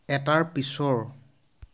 এটাৰ পিছৰ